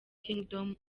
kingdom